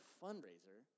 fundraiser